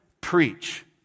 Preach